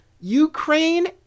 Ukraine